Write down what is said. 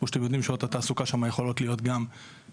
כמו שאתם יודעים שעות התעסוקה שמה יכול להיות גם לילות,